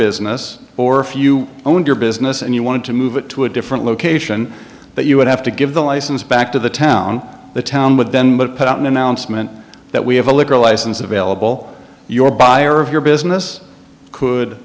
business or if you owned your business and you wanted to move it to a different location that you would have to give the license back to the town the town would then but put out an announcement that we have a liquor license available your buyer of your business could